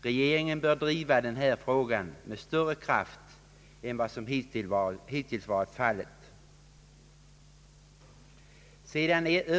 Regeringen bör driva den här frågan med större kraft än vad som hittills varit fallet.